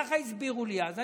ככה הסבירו לי אז.